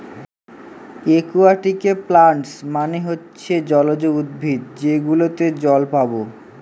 একুয়াটিকে প্লান্টস মানে হচ্ছে জলজ উদ্ভিদ যেগুলোতে জল পাবো